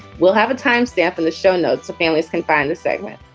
we'll have a timestamp in the show notes so families can find the segment.